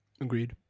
Agreed